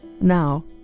now